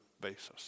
basis